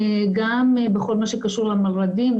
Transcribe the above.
גם בכל מה שקשור למלר"דים,